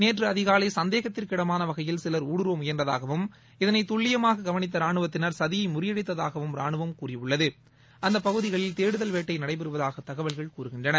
நேற்று அதிகாலை சந்தேகத்திற்கிடமான வகையில் சிலர் ஊடுருவ முயன்றதாகவும் இதனை துல்லியமாக கவனித்த ரானுவத்தினர் சதியை முறியடித்ததாகவும் ரானுவம் கூறியுள்ளது அந்தப் பகுதிகளில் தேடுதல் வேட்டை நடைபெறுவதாக தகவல்கள் கூறுகின்றன